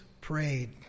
prayed